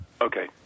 okay